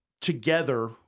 together